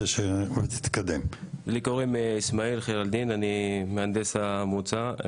אני מהנדס המועצה.